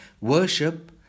worship